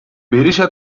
berişa